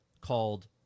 called